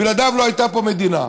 בלעדיו לא הייתה פה מדינה.